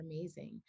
amazing